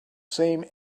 same